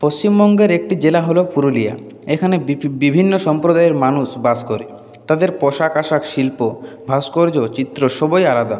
পশ্চিমবঙ্গের একটি জেলা হলো পুরুলিয়া এখানে বিভিন্ন সম্প্রদায়ের মানুষ বাস করে তাদের পোশাক আসাক শিল্প ভাস্কর্য্য চিত্র সবই আলাদা